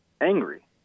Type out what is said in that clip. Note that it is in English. angry